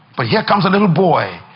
but here comes a little boy,